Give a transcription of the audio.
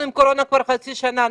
אנחנו עם קורונה כבר חצי שנה.